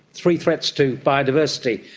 three threats to biodiversity.